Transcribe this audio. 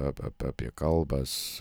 ap ap ap apie kalbas